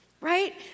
Right